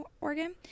Oregon